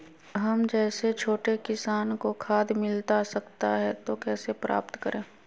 हम जैसे छोटे किसान को खाद मिलता सकता है तो कैसे प्राप्त करें?